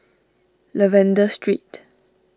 Lavender Street